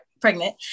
pregnant